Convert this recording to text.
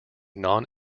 non